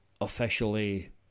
officially